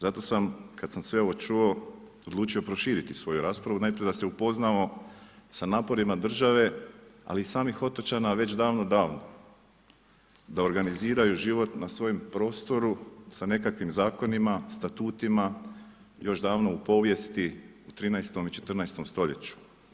Zato sam, kada sam sve ovo čuo, odlučio proširiti svoju raspravu, najprije da se upoznamo sa naporima države, ali i samih otočana, već davno davno, da organiziraju život na svojem prostru, sa nekakvim zakonima, statutima, još davno u povijesti 13. i 14. st.